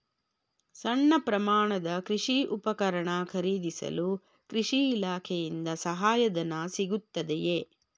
ಸಣ್ಣ ಪ್ರಮಾಣದ ಕೃಷಿ ಉಪಕರಣ ಖರೀದಿಸಲು ಕೃಷಿ ಇಲಾಖೆಯಿಂದ ಸಹಾಯಧನ ಸಿಗುತ್ತದೆಯೇ?